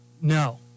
No